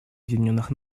объединенных